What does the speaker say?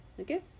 Okay